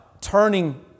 turning